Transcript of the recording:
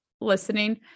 listening